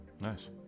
Nice